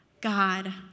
God